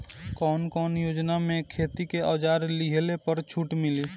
कवन कवन योजना मै खेती के औजार लिहले पर छुट मिली?